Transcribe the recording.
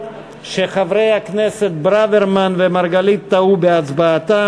חבר הכנסת מרגלית וחבר הכנסת ברוורמן הצביעו בטעות.